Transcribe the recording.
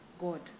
God